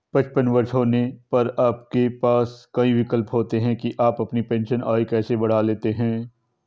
पचपन वर्ष के होने पर आपके पास कई विकल्प होते हैं कि आप अपनी पेंशन आय कैसे लेते हैं